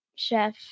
Chef